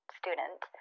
student